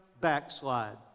backslide